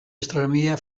astronomía